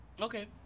Okay